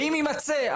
ואם יימצא,